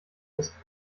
ist